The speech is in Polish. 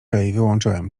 wyłączyłem